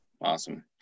Awesome